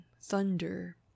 thunder